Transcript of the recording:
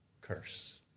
curse